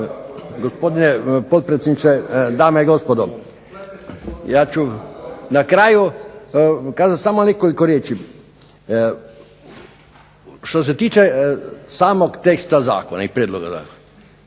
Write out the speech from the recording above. Gospodine potpredsjedniče, dame i gospodo. Ja ću na kraju kazat samo nekoliko riječi. Što se tiče samog teksta zakona i prijedloga zakona,